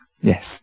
Yes